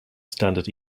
standard